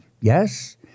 Yes